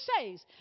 says